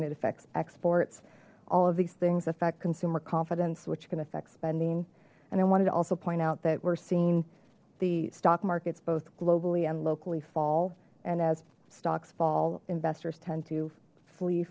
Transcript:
it affects exports all of these things affect consumer confidence which can affect spending and i wanted to also point out that we're seeing the stock markets both globally and locally fall and as stocks fall investors tend to flee